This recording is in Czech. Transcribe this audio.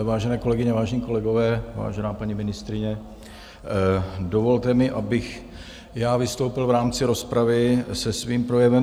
Vážené kolegyně, vážení kolegové, vážená paní ministryně, dovolte mi, abych i já vystoupil v rámci rozpravy se svým projevem.